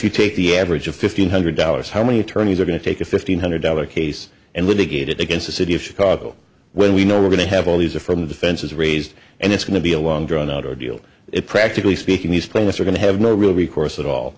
you take the average of fifteen hundred dollars how many attorneys are going to take a fifteen hundred dollar case and when they get it against the city of chicago when we know we're going to have all these are from the fences raised and it's going to be a long drawn out ordeal it practically speaking these plaintiffs are going to have no recourse at all